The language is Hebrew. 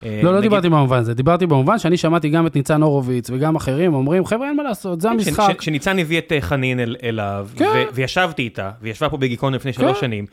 לא, לא דיברתי במובן הזה, דיברתי במובן שאני שמעתי גם את ניצן הורוביץ וגם אחרים אומרים חבר'ה אין מה לעשות, זה המשחק. שניצן הביא את חנין אליו, וישבתי איתה, וישבה פה בגיקון לפני שלוש שנים.